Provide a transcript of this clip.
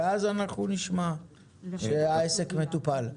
ואז אנחנו נשמע שהעסק מטופל.